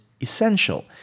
essential